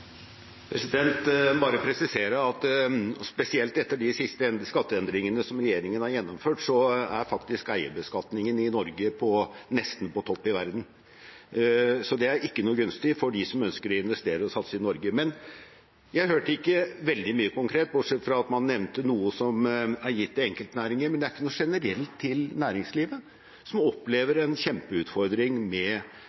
bare presisere at spesielt etter de siste skatteendringene som regjeringen har gjennomført, er faktisk eierbeskatningen i Norge nesten på topp i verden. Så det er ikke noe gunstig for dem som ønsker å investere og satse i Norge. Jeg hørte ikke veldig mye konkret, bortsett fra at man nevnte noe som er gitt enkeltnæringer, men det er ikke noe generelt til næringslivet, som opplever